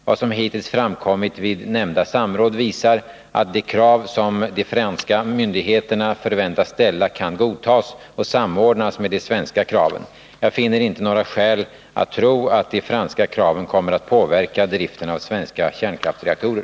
Vad som hittills framkommit vid nämnda samråd visar att de krav som de franska myndigheterna förväntas ställa kan godtas och samordnas med de svenska kraven. Jag finner inte några skäl att tro att de franska kraven kommer att påverka driften av svenska kärnkraftsreaktorer.